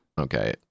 okay